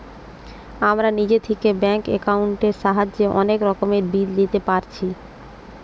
আমরা নিজে থিকে ব্যাঙ্ক একাউন্টের সাহায্যে অনেক রকমের বিল দিতে পারছি